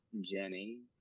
Jenny